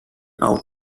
out